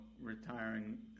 retiring